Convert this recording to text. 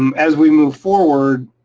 um as we move forward,